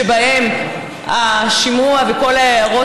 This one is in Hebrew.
שבהם השימוע וכל ההערות,